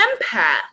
empath